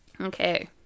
Okay